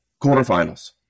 quarterfinals